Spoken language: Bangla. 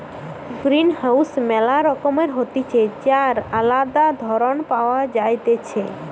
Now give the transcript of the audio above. গ্রিনহাউস ম্যালা রকমের হতিছে যার আলদা ধরণ পাওয়া যাইতেছে